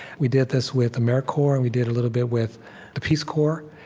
we did this with americorps, and we did a little bit with the peace corps.